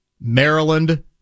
Maryland